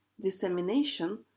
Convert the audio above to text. dissemination